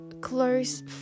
close